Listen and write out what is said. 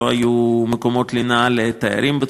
לא היו מספיק מקומות לינה לתיירים.